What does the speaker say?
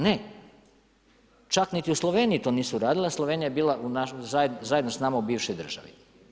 Ne, čak niti u Sloveniji to nisu radili a Slovenija je bila zajedno s nama u bivšoj državi.